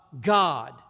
God